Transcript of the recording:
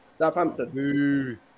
Southampton